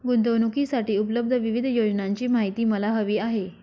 गुंतवणूकीसाठी उपलब्ध विविध योजनांची माहिती मला हवी आहे